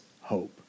hope